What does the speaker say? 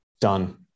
done